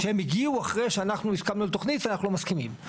שהם הגיעו אחרי שאנחנו הסכמנו לתוכנית ואז אנחנו לא מסכימים.